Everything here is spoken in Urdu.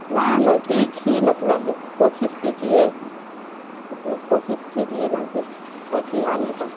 میں نزدیک ہی مطلب کوشش کیجیے مطلب کوشش کیجیے نزدیک تک ہی آنے کا